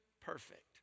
Perfect